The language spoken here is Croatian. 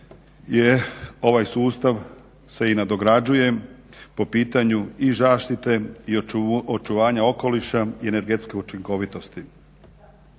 ovaj sustav se i nadograđuje po pitanju i zaštite i očuvanja okoliša i energetske učinkovitosti.